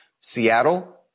Seattle